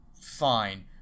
fine